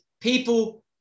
people